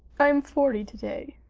i'm forty today,